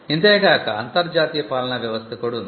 ఇంతే కాక అంతర్జాతీయ పాలనా వ్యవస్థ కూడా ఉంది